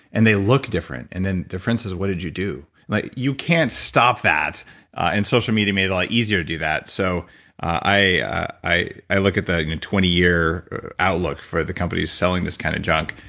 and they look different, and then their friend says, what did you do? like you can't stop that and social media made it a lot easier to do that, so i i look at the twenty year outlook for the companies selling this kind of junk,